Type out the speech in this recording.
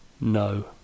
No